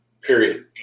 period